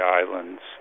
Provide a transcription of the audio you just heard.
islands